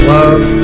love